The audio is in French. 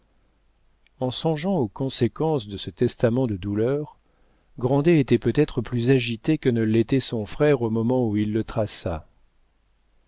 en songeant aux conséquences de ce testament de douleur grandet était peut-être plus agité que ne l'était son frère au moment où il le traça